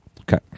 Okay